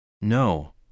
No